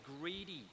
greedy